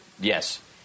Yes